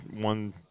one